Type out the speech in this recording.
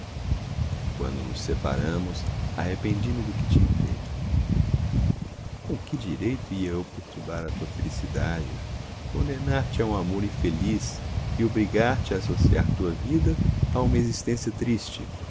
quando nos separamos arrependi me do que tinha feito com que direito ia eu perturbar a tua felicidade condenar te a um amor infeliz e obrigar te a associar tua vida a uma existência triste